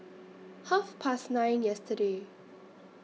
Half Past nine yesterday